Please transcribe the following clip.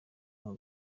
nka